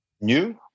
new